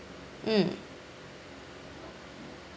mm